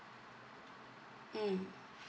mm